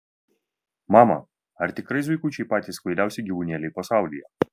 mama ar tikrai zuikučiai patys kvailiausi gyvūnėliai pasaulyje